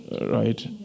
Right